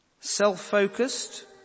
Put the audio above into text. self-focused